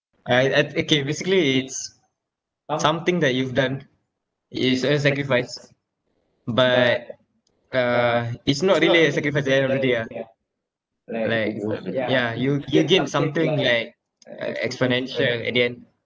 I ok~ okay basically it's something that you've done is a sacrifice but uh it's not really a sacrifice at the end of the day ah like ya you you gain something like like ex financial at the end